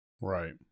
Right